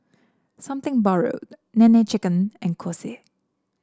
Something Borrowed Nene Chicken and Kose